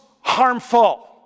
harmful